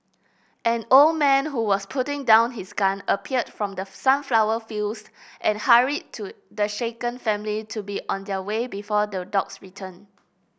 an old man who was putting down his gun appeared from the sunflower fields and hurried to the shaken family to be on their way before the dogs return